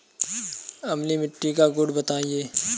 अम्लीय मिट्टी का गुण बताइये